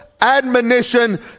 admonition